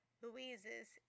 Louise's